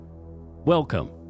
Welcome